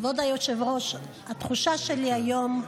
כבוד היושב-ראש, התחושה שלי היום,